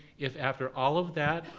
if after all of that,